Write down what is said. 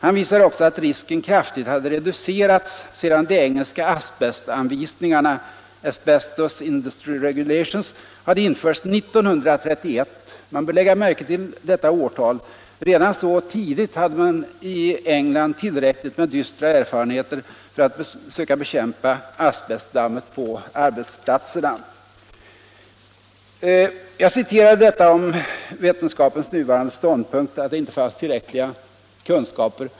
Han visade också att risken kraftigt hade reducerats sedan de engelska asbestanvisningarna, Asbestos Industry Regulations, hade införts 1931. Vi bör lägga märke till detta årtal. Redan så tidigt hade man i England tillräckligt med dystra erfarenheter för att söka bekämpa asbestdammet på arbetsplatserna. Jag citerade det som skrivits om ”vetenskapens nuvarande ståndpunkt” och att det inte finns tillräckliga kunskaper.